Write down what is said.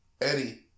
Eddie